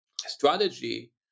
strategy